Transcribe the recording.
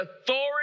authority